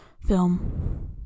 film